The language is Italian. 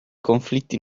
conflitti